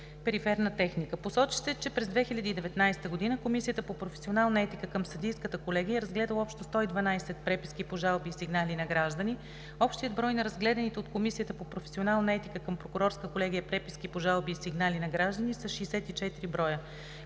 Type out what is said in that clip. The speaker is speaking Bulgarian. периферна техника. Посочи се, че през 2019 г. Комисията по професионална етика към Съдийската колегия е разгледала общо 112 преписки по жалби и сигнали на граждани. Общият брой на разгледаните от Комисията по професионална етика към Прокурорската колегия преписки по жалби и сигнали на граждани са 64 броя.